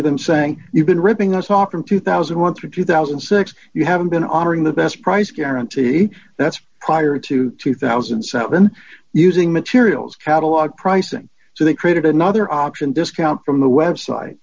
to them saying you've been ripping us off from two thousand and one through two thousand and six you haven't been offering the best price guarantee that's prior to two thousand and seven using materials catalog pricing so they created another option discount from the website